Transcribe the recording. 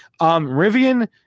Rivian